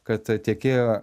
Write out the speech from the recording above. kad tiekėjo